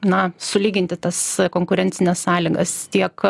na sulyginti tas konkurencines sąlygas tiek